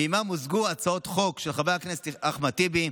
ועימה מוזגו הצעות חוק של חבר הכנסת אחמד טיבי,